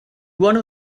one